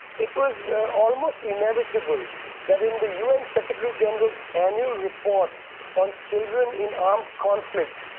it was almost inevitable that in the un secretary general's annual report on children in armed conflict,